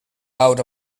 out